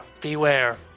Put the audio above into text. Beware